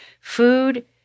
Food